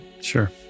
Sure